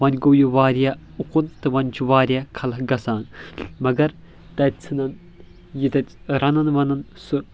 وۄنۍ گوٚو یہِ واریاہ اُکُن تہٕ وۄنۍ چھِ واریاہ خلق گژھان مگر تتہِ ژھنان یہِ تتہِ رنن ونن سُہ